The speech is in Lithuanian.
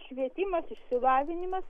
švietimas išsilavinimas